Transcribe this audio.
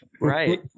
right